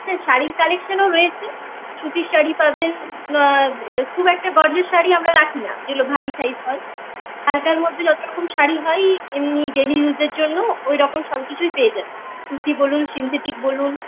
হ্যাঁ শাড়ির কালেকশনও রয়েছে সুতির শাড়ি পাবেন এ খুব একটা গর্জাস শাড়ি আমরা রাখি না যেগুলো ভারি শাড়ি হয় হালকার মধ্যে যত রকম শাড়ি হয় এমনি ডেলি ইউজের জন্য ওই রকম সব কিছুই পেয়ে যাবেন সুতি বলুন সিনথেটিক বলুন